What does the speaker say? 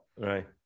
right